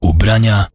Ubrania